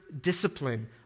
discipline